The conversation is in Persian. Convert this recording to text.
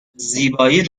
زیبایی